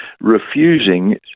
refusing